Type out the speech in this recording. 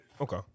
okay